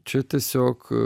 čia tiesiog